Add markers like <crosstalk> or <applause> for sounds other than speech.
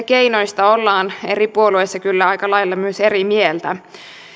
<unintelligible> keinoista ollaan eri puolueissa kyllä aika lailla myös eri mieltä